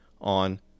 on